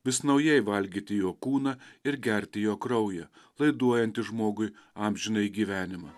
vis naujai valgyti jo kūną ir gerti jo kraują laiduojantį žmogui amžinąjį gyvenimą